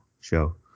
show